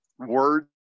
words